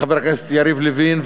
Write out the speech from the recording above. חבר הכנסת יריב לוין,